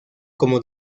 como